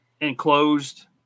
enclosed